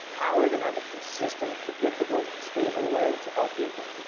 how are we gonna have a consistent, predictable, and stable way to help people.